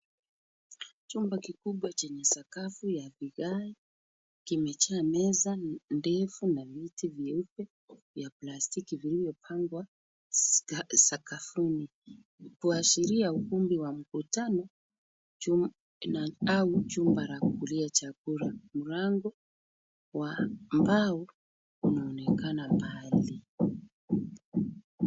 Chumba kikubwa chenye sakafu ya vigae kimejaa meza ndefu na viti vyeupe vya plastiki vilivyopangwa sakafuni kuashiria ukumbi wa mkutano au chumba la kukulia chakula. Mlango wa mbao unaonekana mbali.